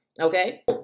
Okay